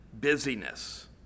busyness